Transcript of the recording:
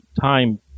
time